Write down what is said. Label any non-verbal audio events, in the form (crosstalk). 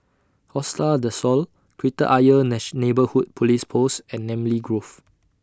Costa Del Sol Kreta Ayer (unintelligible) Neighbourhood Police Post and Namly Grove